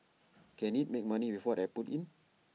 can IT make money with what I put in